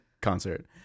concert